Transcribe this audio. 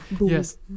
Yes